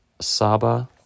Saba